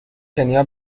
کنیا